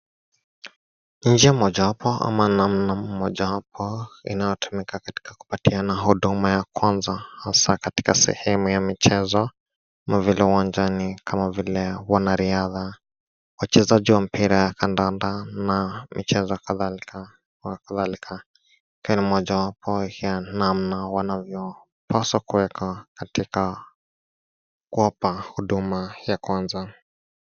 Ni njia moja wapo namna moja wapo inautomika katika kupatiwa na huduma ya kwanza hasa katika sehemu ya michezo kama vile uwanjani kama vile wanariadha. Wachezaji wa mpira ya kandanda na michezo kadhalika kwenye moja wapo ya namna wanavyopaswa kuwekwa katika kuwapa huduma ya kwanza.